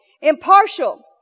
impartial